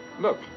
Look